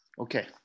Okay